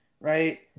right